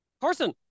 Carson